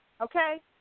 okay